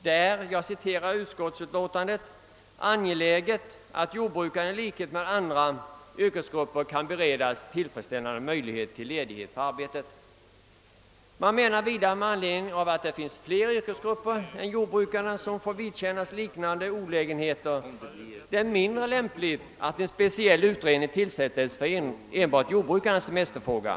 Utskottet skriver: »Det är givetvis angeläget att jordbrukarna i likhet med andra yrkesgrupper kan beredas tillfredsställande möjligheter till ledighet från arbetet.» Vidare anser utskottet det mindre lämpligt — eftersom det är fler yrkesgrupper än jordbrukarna som får vidkännas olägenheter — att en speciell utredning tillsättes enbart när det gäller lösningen av jordbrukarnas semesterfråga.